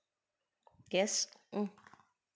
guess mm